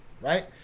right